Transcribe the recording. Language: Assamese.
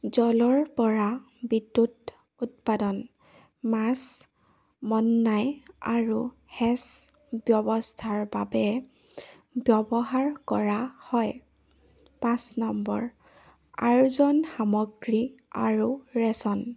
জলৰপৰা বিদ্যুত উৎপাদন মাছ মন্নাই আৰু হেচ ব্যৱস্থাৰ বাবে ব্যৱহাৰ কৰা হয় পাঁচ নম্বৰ আয়োজন সামগ্ৰী আৰু ৰেচন